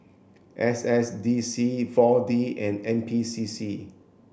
S S D C four D and N P C C